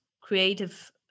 creative